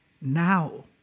now